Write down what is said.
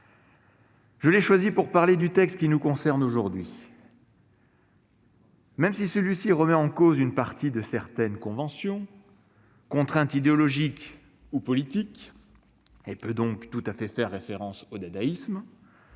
Je l'ai choisi pour parler du texte qui nous concerne aujourd'hui, même si celui-ci remet en cause certaines conventions et contraintes idéologiques ou politiques et peut donc tout à fait faire référence au dadaïsme,